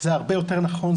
זה הרבה יותר נכון,